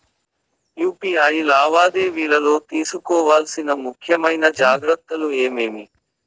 UPI లావాదేవీలలో తీసుకోవాల్సిన ముఖ్యమైన జాగ్రత్తలు ఏమేమీ?